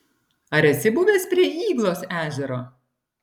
ar esi buvęs prie yglos ežero